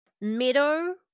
meadow